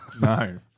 No